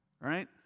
right